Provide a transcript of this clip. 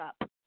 up